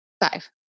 Five